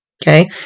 Okay